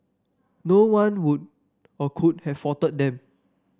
no one would or could have faulted them